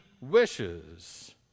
wishes